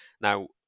Now